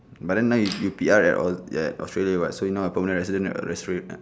but then now you you P_R at aus~ ya australia what so you're now a permanent resident at australia